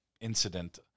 incident